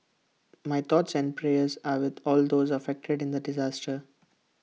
my thoughts and prayers are with all those affected in the disaster